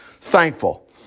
Thankful